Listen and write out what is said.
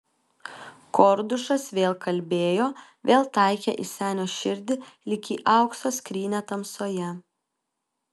kordušas vėl kalbėjo vėl taikė į senio širdį lyg į aukso skrynią tamsoje